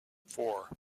four